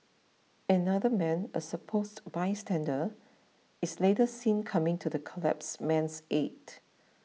another man a supposed bystander is later seen coming to the collapsed man's aid